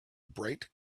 bright